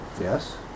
Yes